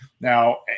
Now